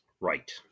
Right